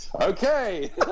Okay